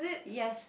yes